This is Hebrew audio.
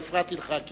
לא הפרעתי לך,